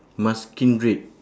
munchkin breed